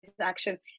action